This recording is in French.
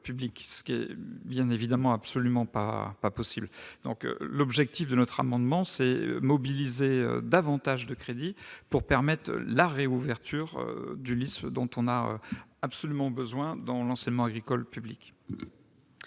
ce qui est bien évidemment absolument pas, pas possible, donc l'objectif de notre amendement s'est mobilisé davantage de crédits pour permettre la réouverture du lycée, dont on a absolument besoin, dans l'enseignement agricole public.